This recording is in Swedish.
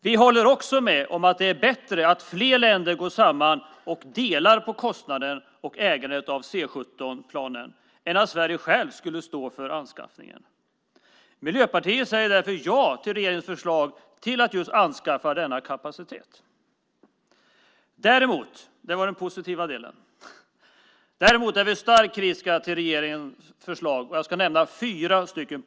Vi håller också med om att det är bättre att flera länder går samman och delar på kostnaden och ägandet av C 17-planen än att Sverige självt står för anskaffningen. Miljöpartiet säger därför ja till regeringens förslag om att just anskaffa denna kapacitet. Det var den positiva delen. Däremot är vi starkt kritiska till regeringens förslag. Jag ska nämna fyra punkter.